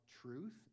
truth